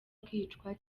akicwa